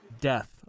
death